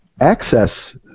access